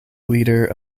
leader